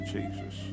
Jesus